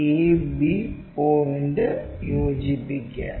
a b യോജിപ്പിക്കുക